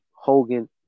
Hogan